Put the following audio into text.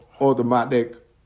Automatic